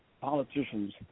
politicians